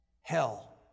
hell